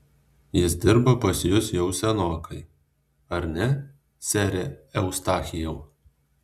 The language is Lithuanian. jis dirba pas jus jau senokai ar ne sere eustachijau